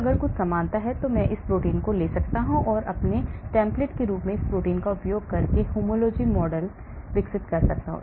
अगर कुछ समानता है तो मैं उस प्रोटीन को लेता हूं और मैं अपने टेम्पलेट के रूप में उस प्रोटीन का उपयोग करके एक होमोलॉजी मॉडल विकसित करता हूं